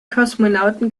kosmonauten